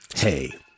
Hey